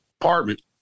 apartment